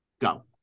go